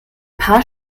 paar